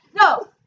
No